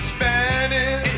Spanish